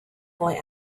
boy